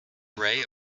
array